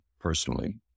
personally